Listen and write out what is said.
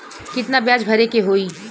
कितना ब्याज भरे के होई?